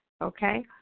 Okay